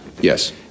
Yes